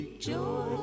joy